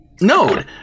node